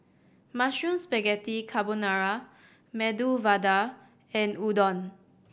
Mushroom Spaghetti Carbonara Medu Vada and Udon